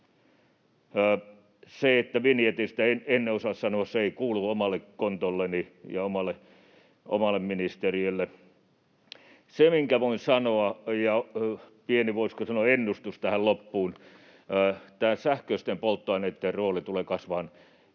Vinjetistä en osaa sanoa. Se ei kuulu omalle kontolleni ja omalle ministeriölleni. Sen voin sanoa ja antaa pienen, voisiko sanoa, ennustuksen tähän loppuun: tämä sähköisten polttoaineitten rooli tulee kasvamaan